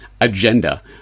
agenda